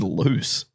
loose